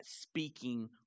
speaking